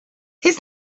his